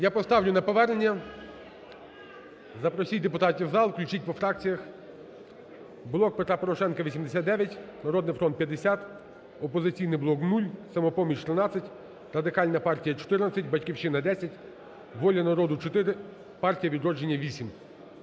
Я поставлю на повернення. Запросіть депутатів в зал. Включіть по фракціях. "Блок Петра Порошенка" – 89, "Народний фронт" – 50, "Опозиційний блок" – 0, "Самопоміч" – 13, Радикальна партія – 14, "Батьківщина" – 10, "Воля народу" – 4, "Партія "Відродження"– 8.